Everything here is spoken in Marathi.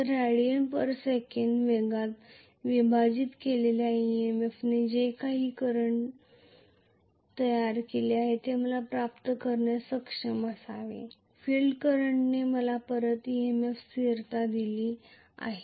तर rads वेगात विभाजित केलेल्या EMF ने जे काही तयार केले आहे ते मला प्राप्त करण्यास सक्षम असावे फील्ड करंटने मला परत EMF स्थिरता दिली आहे